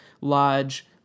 Lodge